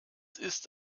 ist